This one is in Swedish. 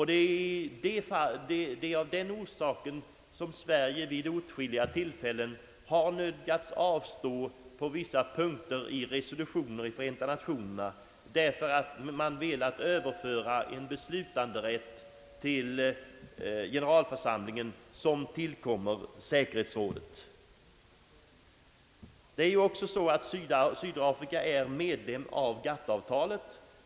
Det är av den orsaken som Sverige vid åtskilliga tillfällen har nödgats avstå på vissa punkter i resolutioner i Förenta Nationerna därför att man har velat till generalförsamlingen överföra en beslutanderätt som tillkommer säkerhetsrådet. Sydafrika är också anslutet till GATT-avtalet.